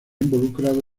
involucrado